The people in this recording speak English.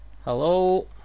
Hello